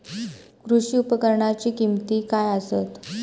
कृषी उपकरणाची किमती काय आसत?